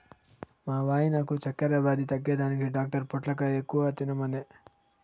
మా వాయినకు చక్కెర వ్యాధి తగ్గేదానికి డాక్టర్ పొట్లకాయ ఎక్కువ తినమనె